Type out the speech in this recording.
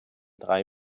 drei